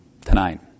tonight